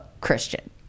Christian